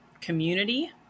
community